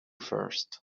first